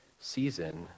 season